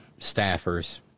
staffers